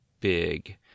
Big